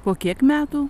po kiek metų